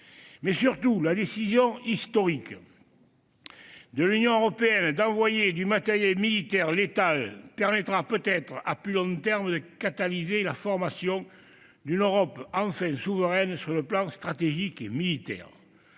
partenaires. La décision historique de l'Union européenne d'envoyer du matériel militaire létal permettra peut-être, à plus long terme, de catalyser la formation d'une Europe enfin souveraine sur le plan stratégique et militaire.